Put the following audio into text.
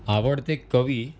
आवडते कवी